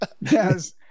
Yes